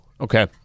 Okay